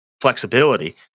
flexibility